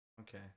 Okay